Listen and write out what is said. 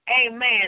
amen